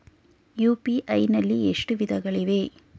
UPI ನಲ್ಲಿ ಎಷ್ಟು ವಿಧಗಳಿವೆ?